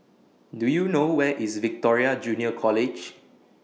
Do YOU know Where IS Victoria Junior College